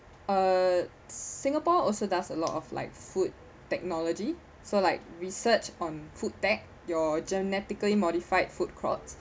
uh singapore also does a lot of like food technology so like research on food tech your genetically modified food crops